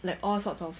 like all sorts of